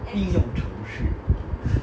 应用城市